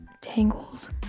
tangles